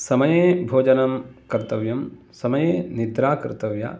समये भोजनं कर्तव्यं समये निद्रा कर्तव्या